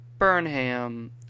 Burnham